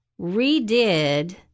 redid